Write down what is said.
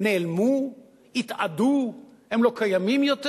נעלמו, התאדו, הם לא קיימים יותר,